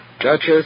Judges